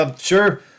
sure